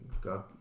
God